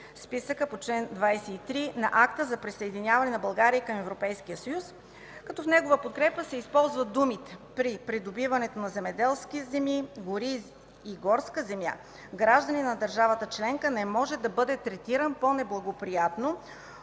списъка по чл. 23 на Акта за присъединяване на Република България към Европейския съюз. В негова подкрепа се използват думите: „При придобиването на земеделски земи, гори и горска земя, гражданин на държавата членка не може да бъде третиран по-неблагоприятно,